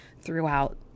throughout